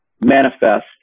manifest